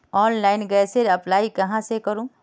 Online गैसेर apply कहाँ से करूम?